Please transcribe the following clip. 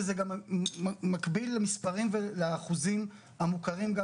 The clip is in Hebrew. וזה גם מקביל למספרים ולאחוזים המוכרים גם